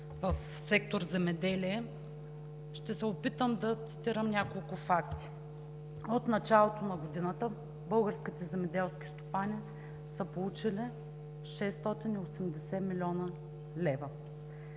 в сектор „Земеделие“. Ще се опитам да цитирам няколко факта. От началото на годината българските земеделски стопани са получили 680 млн. лв.